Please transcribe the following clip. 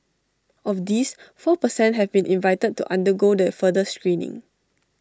of these four per cent have been invited to undergo the further screening